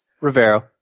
Rivero